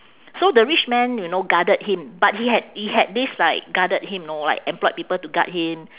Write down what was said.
so the rich man you know guarded him but he had he had this like guarded him know like employed people to guard him